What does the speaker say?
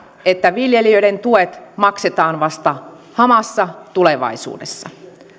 että viljelijöiden tuet maksetaan vasta hamassa tulevaisuudessa